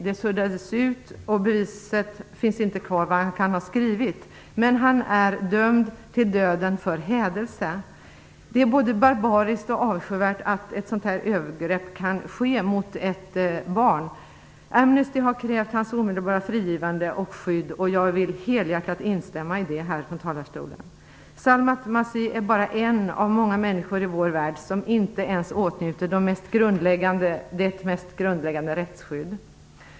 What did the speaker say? Det suddades ut, och beviset på vad han skrev finns inte kvar, men han är dömd till döden för hädelse. Det är både barbariskt och avskyvärt att ett sådant här övergrepp kan ske mot ett barn. Amnesty har krävt pojkens omedelbara frigivande och skydd, och jag vill från denna talarstol helhjärtat instämma i det. Salamat Masih är bara en av många människor i vår värld som inte åtnjuter ens det mest grundläggande rättsskydd.